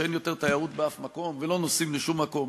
שאין יותר תיירות באף מקום ולא נוסעים לשום מקום?